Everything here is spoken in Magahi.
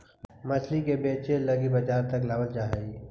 मछली के बेचे लागी बजार तक लाबल जा हई